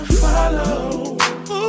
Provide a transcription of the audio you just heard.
follow